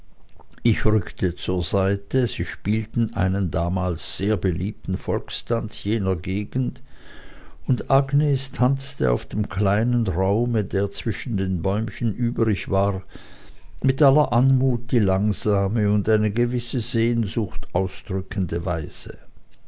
ich rückte zur seite sie spielten einen damals sehr beliebten volkstanz jener gegend und agnes tanzte auf dem kleinen raume der zwischen den bäumchen übrig war mit aller anmut die langsame und eine gewisse sehnsucht ausdrückende weise